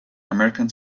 american